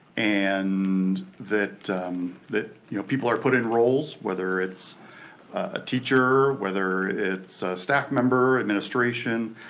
and that that you know people are put in roles. whether it's a teacher, whether it's a staff member, administration,